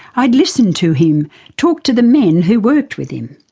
i would listen to him talk to the men who worked with him.